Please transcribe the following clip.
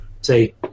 say